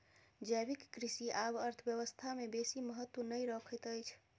जैविक कृषि आब अर्थव्यवस्था में बेसी महत्त्व नै रखैत अछि